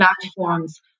platforms